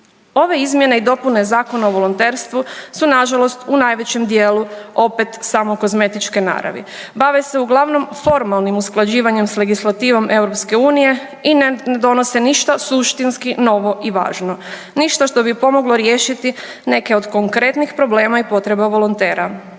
Ove izmjene i dopune Zakona o volonterstvu su nažalost u najvećem dijelu opet samo kozmetičke naravi, bave se uglavnom formalnim usklađivanje s legislativom EU i ne donose ništa suštinski novo i važno, ništa što bi pomoglo riješiti neke od konkretnih problema i potreba volontera.